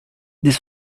this